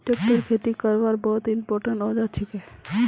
tractor खेती करवार बहुत इंपोर्टेंट औजार छिके